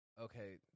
Okay